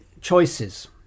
choices